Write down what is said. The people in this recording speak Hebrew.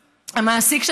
המעסיק,